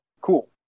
Cool